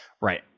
Right